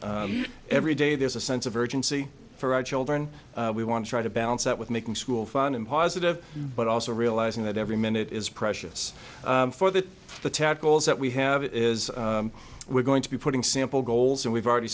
needs every day there's a sense of urgency for our children we want to try to balance that with making school fun and positive but also realizing that every minute is precious for that tackles that we have is we're going to be putting simple goals and we've already